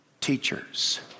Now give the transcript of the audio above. teachers